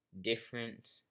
different